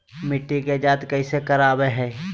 मिट्टी के जांच कैसे करावय है?